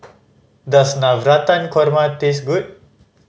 does Navratan Korma taste good